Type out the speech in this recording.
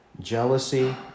jealousy